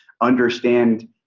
understand